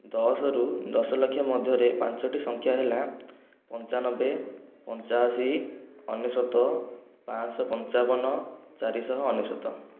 ଦଶରୁ ଦଶ ଲକ୍ଷ ମଧ୍ୟରେ ପାଞ୍ଚୋଟି ସଂଖ୍ୟା ହେଲା ପଞ୍ଚାନବେ ପଞ୍ଚାଅଶି ଅନେଶୋତ ପାଞ୍ଚ ଶହ ପଞ୍ଚାବନ ଚାରି ଶହ ଅନେଶୋତ